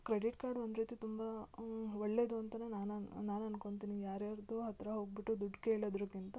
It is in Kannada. ಕ್ರೆಡಿಟ್ ಕಾರ್ಡ್ ಒಂದು ರೀತಿ ತುಂಬ ಒಳ್ಳೆದು ಅಂತ ನಾನು ನಾನು ಅಂದ್ಕೊತಿನಿ ಯಾರು ಯಾರದ್ದೊ ಹತ್ತಿರ ಹೋಗಿಬಿಟ್ಟು ದುಡ್ಡು ಕೇಳೋದಕ್ಕಿಂತ